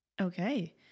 okay